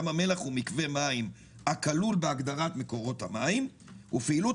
ים המלח הוא מקווה מים הכלול בהגדרת מקורות המים ופעילות